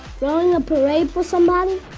throwing a parade for somebody,